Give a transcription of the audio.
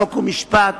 חוק ומשפט